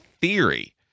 theory